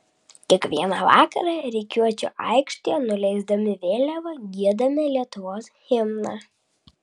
kiekvieną vakarą rikiuočių aikštėje nuleisdami vėliavą giedame lietuvos himną